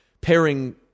pairing